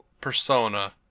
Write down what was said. persona